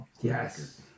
Yes